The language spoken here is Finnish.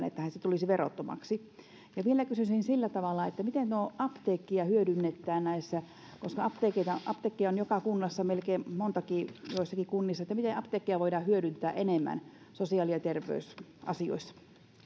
että se tulisi verottomaksi ja vielä kysyisin siitä miten apteekkeja hyödynnetään koska apteekkeja apteekkeja on joka kunnassa montakin joissakin kunnissa miten apteekkeja voidaan hyödyntää enemmän sosiaali ja terveysasioissa